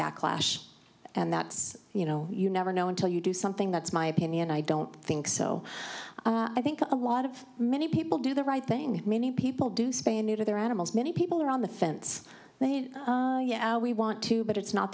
backlash and that's you know you never know until you do something that's my opinion i don't think so i think a lot of many people do the right thing many people do spay and neuter their animals many people are on the fence yeah we want to but it's not